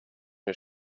mir